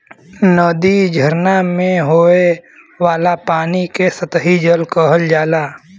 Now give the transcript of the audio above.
नदी, झरना में होये वाला पानी के सतही जल कहल जाला